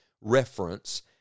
reference